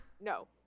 No